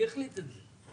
מי החליט על כך?